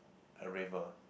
a river